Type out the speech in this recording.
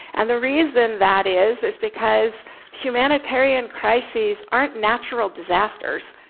and the reason that is, is because humanitarian crises aren't natural disasters.